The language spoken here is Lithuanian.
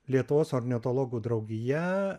lietuvos ornitologų draugija